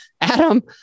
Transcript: Adam